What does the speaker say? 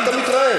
לא מתביישים.